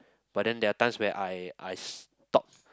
but then there're times where I I stop